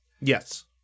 Yes